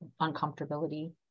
uncomfortability